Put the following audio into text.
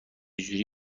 جوری